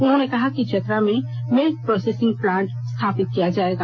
उन्होंने कहा कि चतरा में मिल्क प्रॉसेसिंग प्लांट स्थापित किया जाएगा